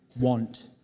want